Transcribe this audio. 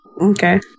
Okay